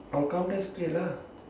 I'll come back straight lah